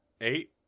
eight